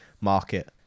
market